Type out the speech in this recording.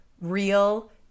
real